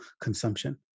consumption